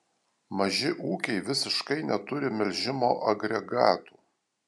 maži ūkiai visiškai neturi melžimo agregatų